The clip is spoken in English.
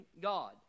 God